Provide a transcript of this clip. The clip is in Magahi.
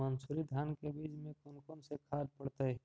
मंसूरी धान के बीज में कौन कौन से खाद पड़तै?